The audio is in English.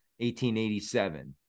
1887